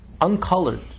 Uncolored